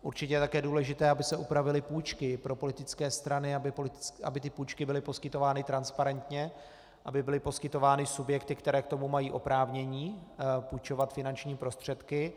Určitě je také důležité, aby se upravily půjčky pro politické strany, aby ty půjčky byly poskytovány transparentně, aby byly poskytovány subjekty, které k tomu mají oprávnění půjčovat finanční prostředky.